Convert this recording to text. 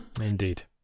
Indeed